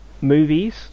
movies